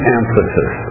emphasis